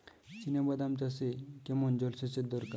চিনাবাদাম চাষে কেমন জলসেচের দরকার?